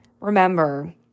remember